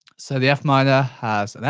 so the f minor has an f,